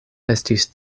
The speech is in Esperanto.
estis